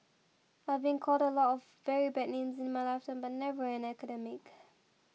I've been called a lot of very bad names in my lifetime but never an academic